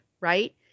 right